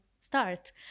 start